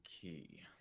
key